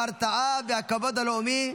ההרתעה והכבוד הלאומי,